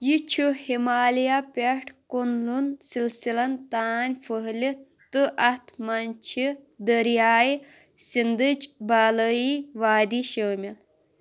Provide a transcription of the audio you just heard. یہِ چھُ ہِمالیہ پٮ۪ٹھ کُنُن سِلسِلن تام پھٔہلِتھ تہٕ اَتھ منٛز چھِ دٔریاے سِنٛدٕچ بالٲیی وادی شٲمِل